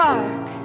Park